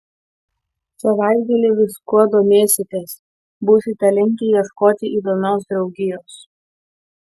savaitgalį viskuo domėsitės būsite linkę ieškoti įdomios draugijos